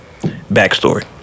Backstory